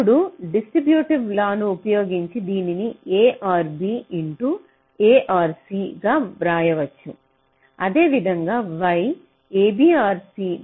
ఇప్పుడు distribute law ను ఉపయోగించి దీనిని a or b into a or c గా వ్రాయవచ్చు అదేవిధంగా y ab ఆర్ c